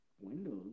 windows